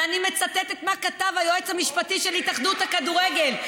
ואני מצטטת מה כתב היועץ המשפטי של התאחדות הכדורגל,